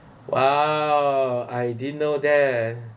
!wow! I didn't know that